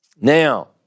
Now